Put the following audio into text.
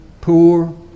poor